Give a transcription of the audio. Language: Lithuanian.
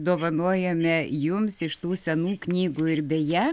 dovanojame jums iš tų senų knygų ir beje